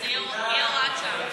שזאת תהיה הוראת שעה.